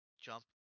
jump